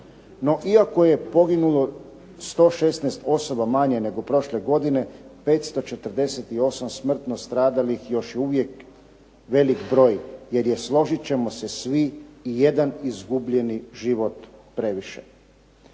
No iako je poginulo 116 osoba manje nego prošle godine 548 smrtno stradalih još je uvijek velik broj jer je, složit ćemo se svi, i jedan izgubljeni život previše.